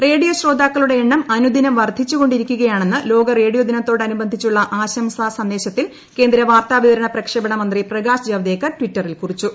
radio ശ്രോതാക്കളുടെ എണ്ണം അനുദിനം വർദ്ധിച്ചു കൊണ്ടിരിക്കുകയാണെന്ന് ലോക റേഡിയോ ദിനത്തോടനുബന്ധിച്ചുള്ള ആശംസാ സന്ദേശത്തിൽ കേന്ദ്ര വാർത്താ വിതരണ പ്രക്ഷേപണ മന്ത്രി പ്രകാശ് ജാവദേക്കർ ട്വിറ്ററിൽ കുറിച്ചു